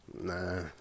nah